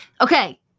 Okay